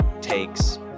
takes